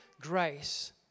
grace